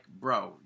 bro